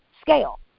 scale